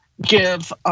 give